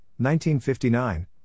1959